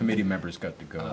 committee members got to go